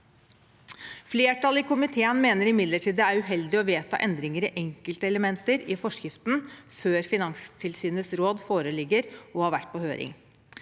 Flertallet i komiteen mener imidlertid det er uheldig å vedta endringer i enkelte elementer i forskriften før Finanstilsynets råd foreligger og har vært på høring.